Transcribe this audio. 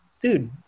Dude